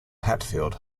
hatfield